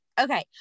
okay